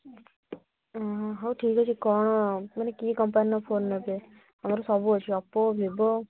ହଁ ହଉ ଠିକ୍ ଅଛି କ'ଣ ମାନେ କି କମ୍ପାନୀର ଫୋନ୍ ନେବେ ଆମର ସବୁ ଅଛି ଓପୋ ଭିବୋ